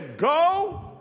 go